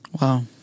Wow